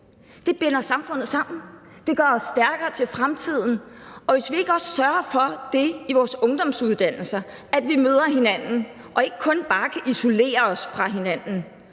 Det binder samfundet sammen, det gør os stærkere til fremtiden, og hvis vi ikke også i vores ungdomsuddannelser sørger for, at vi møder hinanden, og at vi ikke bare kan isolere os fra hinanden,